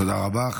תודה רבה.